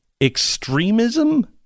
extremism